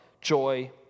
joy